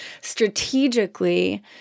strategically